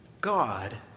God